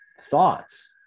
thoughts